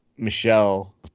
Michelle